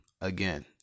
again